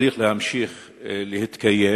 צריך להמשיך להתקיים.